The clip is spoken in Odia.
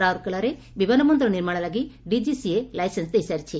ରାଉରକେଲାରେ ବିମାନ ବନ୍ଦର ନିର୍ମାଣ ଲାଗି ଡିକିସିଏ ଲାଇସେନ୍ ଦେଇସାରିଛି